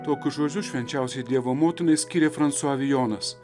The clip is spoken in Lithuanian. tokių žodžių švenčiausiajai dievo motinai skiria fransua vijonas